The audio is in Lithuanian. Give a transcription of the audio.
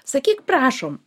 sakyk prašom